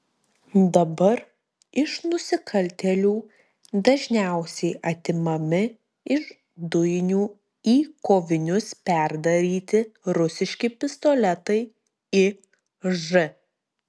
dabar iš nusikaltėlių dažniausiai atimami iš dujinių į kovinius perdaryti rusiški pistoletai iž